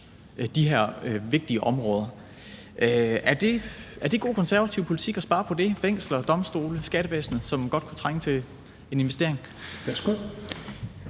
skattevæsen. Er det god konservativ politik at spare på fængsler, domstole, skattevæsenet, som godt kunne trænge til en investering?